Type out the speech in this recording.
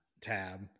tab